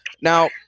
Now